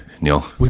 Neil